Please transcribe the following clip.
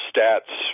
stats